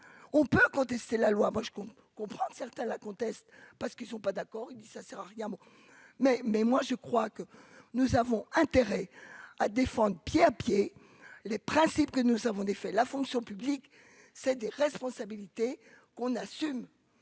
on peut contester la loi moi je comprends certains la conteste parce qu'ils sont pas d'accord, il dit : ça sert à rien, mais, mais moi je crois que nous avons intérêt à défendre pied à pied les principes que nous avons défait la fonction publique, c'est des responsabilité qu'on assume